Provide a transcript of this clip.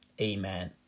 Amen